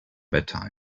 bedtime